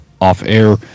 off-air